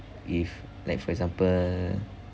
if like for example